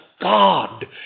God